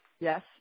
Yes